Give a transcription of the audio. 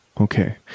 Okay